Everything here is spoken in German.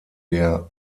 der